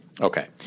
okay